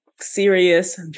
serious